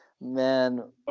Man